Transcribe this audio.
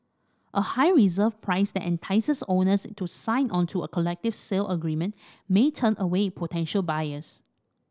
a high reserve price that entices owners to sign onto a collective sale agreement may turn away potential buyers